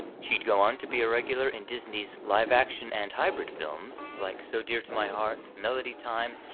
she'd go on to be a regular in disney's live-action and hybrid films, like so dear to my heart, melody time,